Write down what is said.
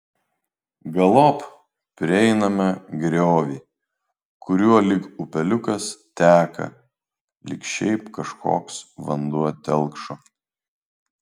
galop prieiname griovį kuriuo lyg upeliukas teka lyg šiaip kažkoks vanduo telkšo